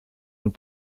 und